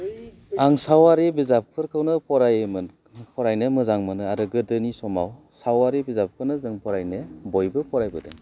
आं सावारि बिजाबफोरखौनो फरायोमोन फरायनो मोजां मोनो आरो गोदोनि समाव सावारि बिजाबखौनो जों फरायनो बयबो फरायबोदों